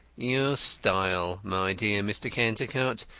your style, my dear mr. cantercot.